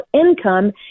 income